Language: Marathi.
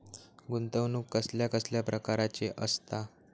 गुंतवणूक कसल्या कसल्या प्रकाराची असता?